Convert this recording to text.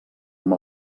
amb